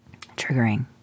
triggering